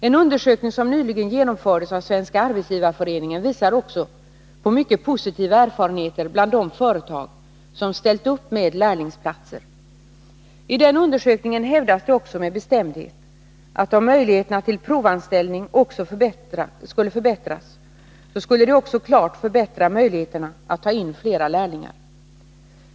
En undersökning som nyligen genomfördes av Svenska arbetsgivareföreningen visar också på mycket positiva erfarenheter bland de företag som ställt upp med lärlingsplatser. I den undersökningen hävdas det med bestämdhet att om möjligheterna till provanställning skulle förbättras, så skulle detta också klart förbättra möjligheterna att ta in flera lärlingar.